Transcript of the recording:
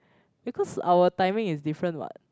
because our timing is different what